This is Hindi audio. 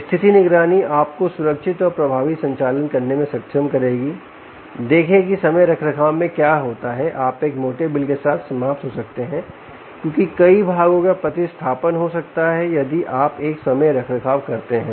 स्थिति निगरानी आपको सुरक्षित और बहुत प्रभावी संचालन करने में सक्षम करेगी देखें कि समय रखरखाव में क्या होता है आप एक मोटे बिल के साथ समाप्त हो सकते है क्योंकि कई भागों का प्रतिस्थापन हो सकता है यदि आप एक समय रखरखाव करते हैं